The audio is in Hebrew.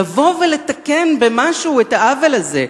לבוא ולתקן במשהו את העוול הזה,